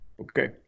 Okay